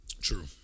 True